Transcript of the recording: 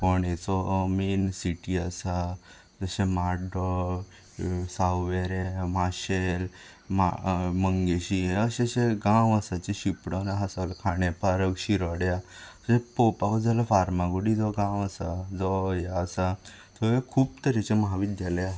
फोंडेचो main city आसा तशें माड्डोळ सावयवेरें माशेल मा मंगेशी अशे शे गांव आसा जे शिंपडोन आसा खांडेपार शिरोड्या जे पळोवपाक वचत जाल्यार फार्मागुडी जो गांव आसा जो हें आसा थंय खूब तरेचे महाविद्यालय आसात